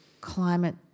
climate